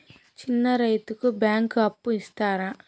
చిన్న రైతుకు బ్యాంకు అప్పు ఇస్తారా?